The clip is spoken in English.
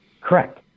Correct